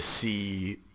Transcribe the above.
see